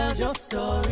your story